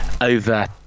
over